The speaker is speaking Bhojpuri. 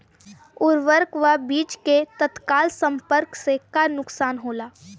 उर्वरक व बीज के तत्काल संपर्क से का नुकसान होला?